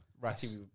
Right